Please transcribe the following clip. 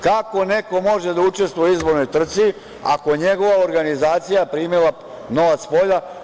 Kako neko može da učestvuje u izbornoj trci ako je njegova organizacija primila novac spolja?